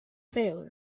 failed